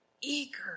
eager